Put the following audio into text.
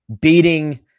beating